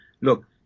look